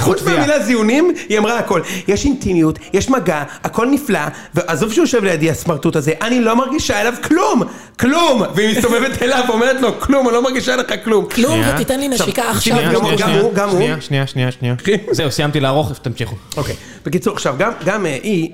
חוץ מהמילה זיונים הוא אמרה נכל יש אינטימיות, יש מגע הכל נפלא עזוב שהוא יושב לידי הסמרטוט הזה, אני לא מרגישה אליו כלום כלום והיא מסתובבת אליו ואומרת לו כלום, אני לא מרגישה אליך כלום ותתן לי נשיקה עכשיו שנייה שנייה זהו סיימתי לערוך עכשיו תמשיכו אוקיי בקיצור גם ...